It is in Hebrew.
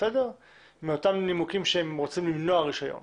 מאותם נימוקים שהם רוצים למנוע רישיון?